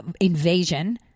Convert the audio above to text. invasion